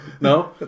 No